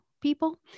people